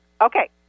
Okay